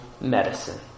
medicine